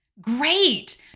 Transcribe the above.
Great